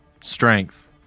strength